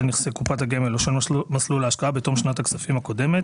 נכסי קופת הגמל או של מסלול ההשקעה בתום שנת הכספים הקודמת